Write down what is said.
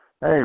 Hey